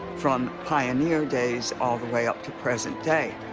from pioneer days all the way up to present day.